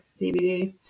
DVD